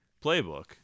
playbook